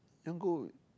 you want go